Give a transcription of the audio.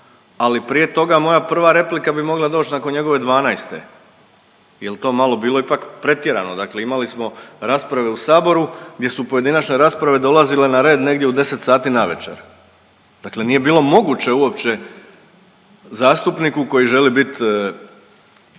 ali prije toga moja prva replika bi mogla doć nakon njegove 12. jel bi to malo ipak pretjerano? Dakle, imali smo rasprave u Saboru gdje su pojedinačne rasprave dolazile na red negdje u 10 sati navečer. Dakle nije bilo moguće uopće zastupniku koji želi bit